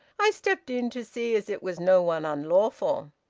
i stepped in to see as it was no one unlawful.